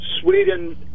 Sweden